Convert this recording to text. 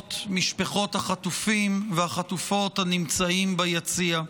ובנות משפחות החטופים והחטופות הנמצאים ביציע.